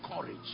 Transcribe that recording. courage